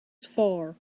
far